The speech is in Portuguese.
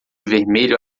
vermelho